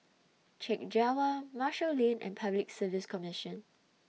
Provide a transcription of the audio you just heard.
Chek Jawa Marshall Lane and Public Service Commission